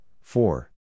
four